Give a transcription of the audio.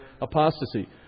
apostasy